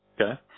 Okay